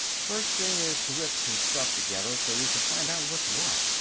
first thing is to whip some stuff together so we can find out what's what.